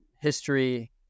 history